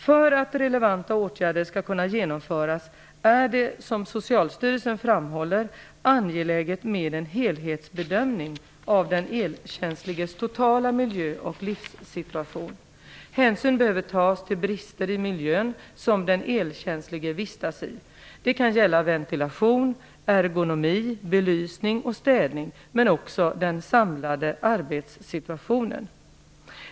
För att relevanta åtgärder skall kunna genomföras är det, som Socialstyrelsen framhåller, angeläget med en helhetsbedömning av den elkänsliges totala miljö och livssituation. Hänsyn behöver tas till brister i miljön som den elkänslige vistas i. Det kan gälla ventilation, ergonomi, belysning och städning men också den samlade arbetssituationen.